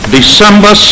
December